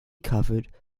covered